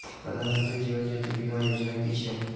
प्रधानमंत्री जीवन ज्योति बीमा योजना कि छिए?